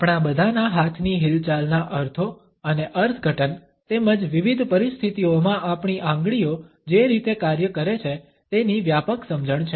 આપણા બધાના હાથની હિલચાલના અર્થો અને અર્થઘટન તેમજ વિવિધ પરિસ્થિતિઓમાં આપણી આંગળીઓ જે રીતે કાર્ય કરે છે તેની વ્યાપક સમજણ છે